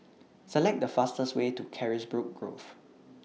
Select The fastest Way to Carisbrooke Grove